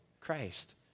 Christ